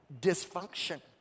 dysfunction